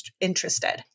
interested